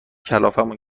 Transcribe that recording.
کلافمون